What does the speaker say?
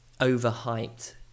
overhyped